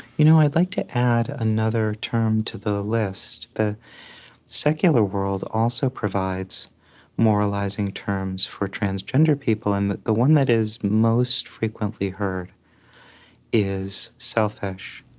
you know i'd like to add another term to the list. the secular world also provides moralizing terms for transgender people. and the the one that is most frequently heard is selfish.